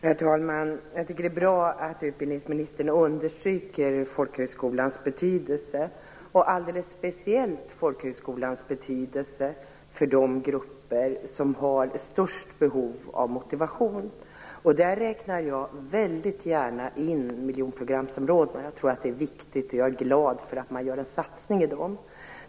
Herr talman! Det är bra att utbildningsministern understryker folkhögskolans betydelse och alldeles speciellt folkhögskolans betydelse för dem som har störst behov av motivation. Dit räknar jag mycket gärna miljonprogramsområdena. Jag tror att det är viktigt, och jag är glad åt att man gör en satsning där.